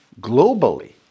globally